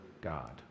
God